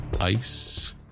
Ice